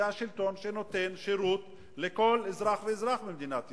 זה השלטון שנותן שירות לכל אזרח ואזרח במדינת ישראל,